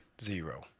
Zero